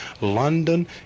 London